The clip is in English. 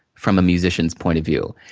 from a musician's point of view,